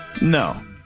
no